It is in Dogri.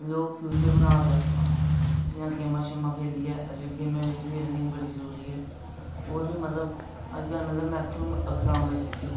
लोग फ्यूचर बना दे अपना जि'यां गेमां शेमां खेह्लियै गेमें बिच बी रनिंग बड़ी जरूरी ऐ होर बी मतलब अजकल मतलब मैक्सीमम एग्जाम बिच